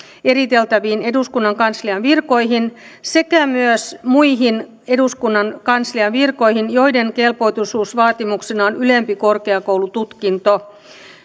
eriteltäviin eduskunnan kanslian virkoihin sekä myös muihin eduskunnan kanslian virkoihin joiden kelpoisuusvaatimuksena on ylempi korkeakoulututkinto